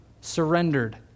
surrendered